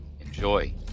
Enjoy